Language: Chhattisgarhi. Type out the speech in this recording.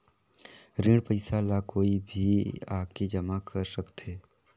ऋण पईसा ला कोई भी आके जमा कर सकथे?